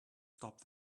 stop